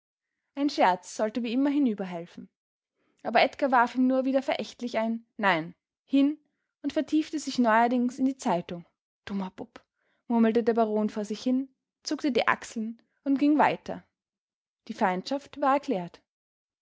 ein scherz sollte wie immer hinüberhelfen aber edgar warf ihm nur wieder verächtlich ein nein hin und vertiefte sich neuerdings in die zeitung dummer bub murmelte der baron vor sich hin zuckte die achseln und ging weiter die feindschaft war erklärt